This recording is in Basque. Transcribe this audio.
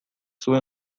zuen